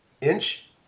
inch